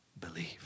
believe